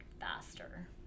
faster